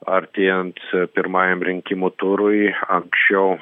artėjant pirmajam rinkimų turui anksčiau